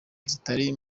zitari